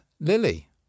Lily